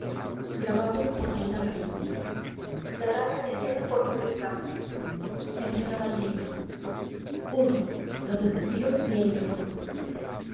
entre caballeros i los desafíos y el médico